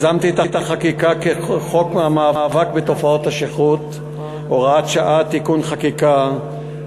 את חקיקת חוק המאבק בתופעת השכרות (הוראת שעה ותיקון חקיקה),